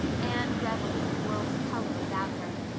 anne reveled in the world of color about her.